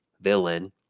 villain